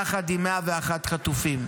יחד עם 101 החטופים.